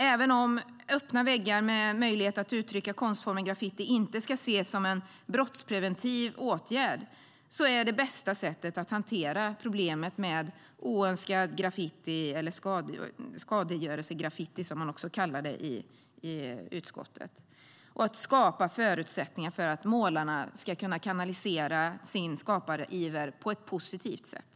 Även om öppna väggar med möjlighet att uttrycka konstformen graffiti inte ska ses som en brottspreventiv åtgärd är de det bästa sättet att hantera problemet med oönskad graffiti, eller skadegörelsegraffiti som man också kallar det i utskottet, och att skapa förutsättningar för målarna att kanalisera sin skapariver på ett positivt sätt.